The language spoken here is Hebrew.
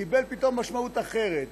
קיבל פתאום משמעות אחרת.